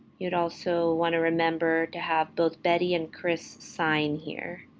you'd also want to remember to have both betty and chris sign here.